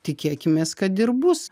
tikėkimės kad ir bus